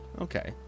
Okay